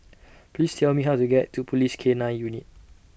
Please Tell Me How to get to Police K nine Unit